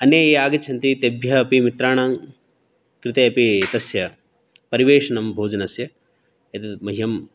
अन्ये ये आगच्छन्ति तेभ्यः अपि मित्राणाङ्कृते अपि तस्य परिवेशनं भोजनस्य एतत् मह्यं